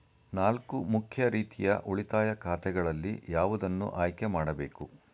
ನಾಲ್ಕು ಮುಖ್ಯ ರೀತಿಯ ಉಳಿತಾಯ ಖಾತೆಗಳಲ್ಲಿ ಯಾವುದನ್ನು ಆಯ್ಕೆ ಮಾಡಬೇಕು?